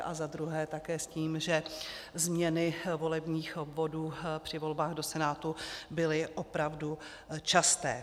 A za druhé také s tím, že změny volebních obvodů při volbách do Senátu byly opravdu časté.